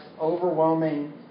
overwhelming